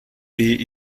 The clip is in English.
beer